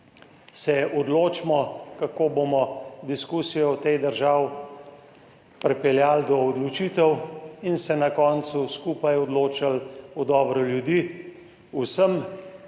se odločiti, kako bomo diskusijo v tej državi pripeljali do odločitev in se na koncu skupaj odločili v dobro ljudi. Vsem